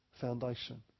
foundation